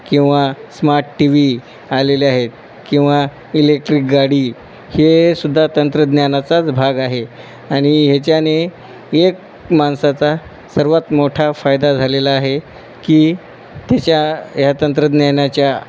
किंवा smart T V आलेले आहेत किंवा इलेक्ट्रिक गाडी हेसुद्धा तंत्रज्ञानाचाच भाग आहे आणि ह्याच्याने एक माणसाचा सर्वात मोठा फायदा झालेला आहे की त्याच्या ह्या तंत्रज्ञानाच्या